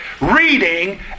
reading